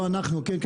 לא אנחנו כן?